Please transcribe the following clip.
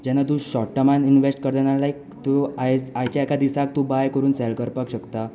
जेन्ना तूं शोर्ट टर्मान इनवेस्ट करता तेन्ना लायक तूं आयज आयच्या एका दिसा तूं बाय करून सेल करपाक शकता